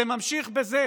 זה ממשיך בזה